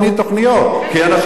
כי אנשים רוצים לגור.